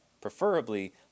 Preferably